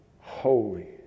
Holy